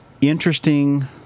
interesting